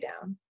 down